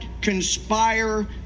conspire